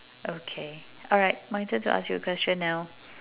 okay alright my turn to ask you a question now